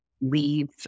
leave